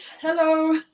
Hello